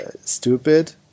stupid